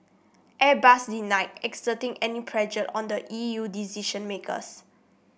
airbus denied exerting any pressure on the E U decision makers